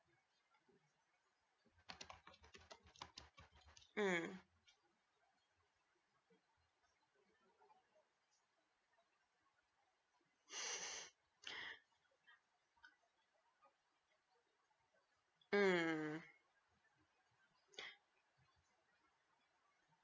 mm mm